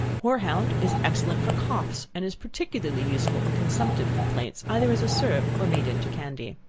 hoarhound is excellent for coughs, and is particularly useful in consumptive complaints, either as a syrup or made into candy.